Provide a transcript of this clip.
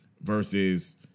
versus